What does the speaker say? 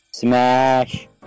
Smash